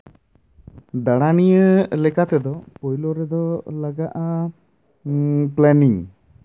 ᱫᱟᱸᱬᱟᱱᱤᱭᱟᱹ ᱞᱮᱠᱟ ᱛᱮᱫᱚ ᱯᱳᱭᱞᱳ ᱨᱮᱫᱚ ᱞᱟᱜᱟᱜᱼᱟ ᱯᱞᱮᱱᱤᱝ